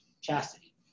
Chastity